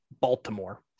baltimore